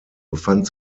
befand